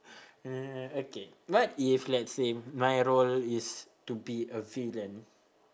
uh okay what if let's say my role is to be a villain